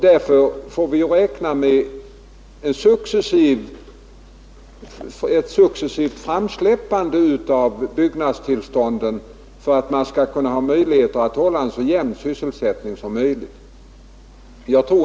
Därför får vi räkna med ett successivt framsläppande av byggnadstillstånden för att man skall ha möjlighet att hålla så jämn sysselsättning som möjligt.